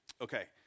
Okay